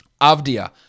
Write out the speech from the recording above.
Avdia